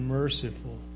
merciful